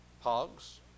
hogs